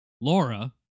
Laura